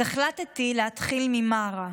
אז החלטתי להתחיל ממארה,